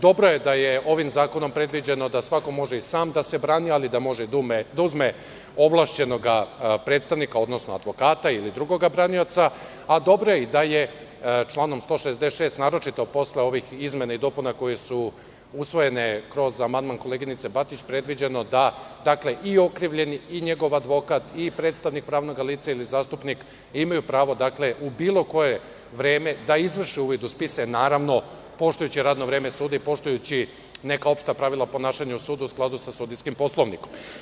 Dobro je da je ovim zakonom predviđeno da svako može i sam da se brani, ali da može da uzme ovlašćenog predstavnika, odnosno advokata ili drugog branioca, a dobro je i da je članom 166, naročito posle ovih izmena i dopuna koje su usvojene kroz amandman koleginice Batić, predviđeno da i okrivljeni i njegov advokat i predstavnik pravnog lica, ili zastupnik, imaju pravo u bilo koje vreme da izvrše uvid u spise, naravno, poštujući radno vreme suda i poštujući neka opšta pravila ponašanja u sudu, u skladu sa sudijskim poslovnikom.